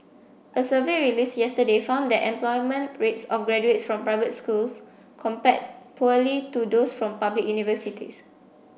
a survey released yesterday found that employment rates of graduates from private schools compared poorly to those from public universities